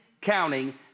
counting